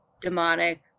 demonic